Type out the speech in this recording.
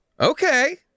okay